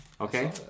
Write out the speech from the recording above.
Okay